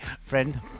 friend